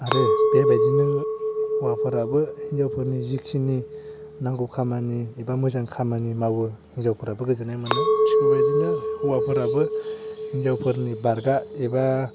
आरो बेबायदिनो हौवाफोराबो हिनजावफोरनि जिखिनि नांगौ खामानि एबा मोजां खामानि मावयो हिनजावफोराबो गोजोननाय मोनो थिक बेबायदिनो हौवाफोराबो हिनजावफोरनि बारगा एबा